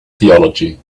theology